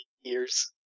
years